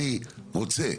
אני רוצה